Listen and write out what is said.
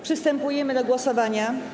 Przystępujemy do głosowania.